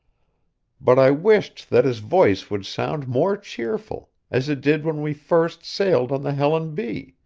but i wished that his voice would sound more cheerful, as it did when we first sailed in the helen b,